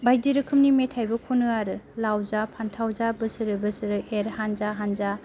बायदि रोखोमनि मेथायबो खनो आरो लाव जा फान्थाव जा बोसोरै बोसोरै एर हानजा हानजा